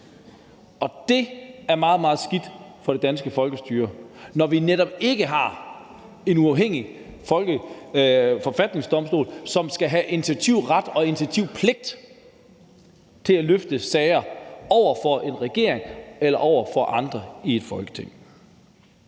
Og det er meget, meget skidt for det danske folkestyre, når vi netop ikke har en uafhængig forfatningsdomstol, som skal have initiativret og initiativpligt til at løfte sager over for en regering eller over for andre i Folketinget.